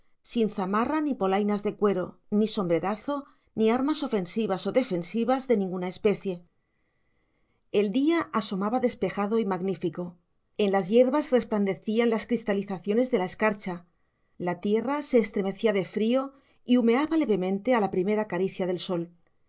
sin zamarra ni polainas de cuero ni sombrerazo ni armas ofensivas o defensivas de ninguna especie el día asomaba despejado y magnífico en las hierbas resplandecían las cristalizaciones de la escarcha la tierra se estremecía de frío y humeaba levemente a la primera caricia del sol